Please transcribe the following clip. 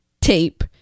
tape